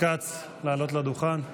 לדוכן.